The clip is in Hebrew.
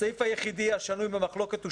הסעיף היחיד השנוי במחלוקת הוא